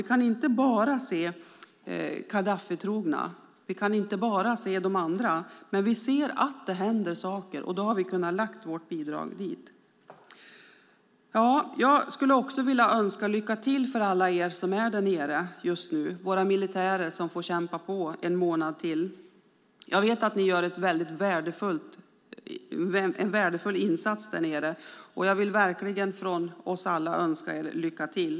Vi kan inte bara se Gaddafitrogna och inte bara se de andra, men vi ser att det händer saker och kan lägga vårt bidrag dit. Jag skulle också vilja önska alla er som är där nere just nu lycka till - våra militärer som får kämpa på en månad till. Jag vet att ni gör en värdefull insats där nere, och jag vill verkligen från oss alla önska er lycka till.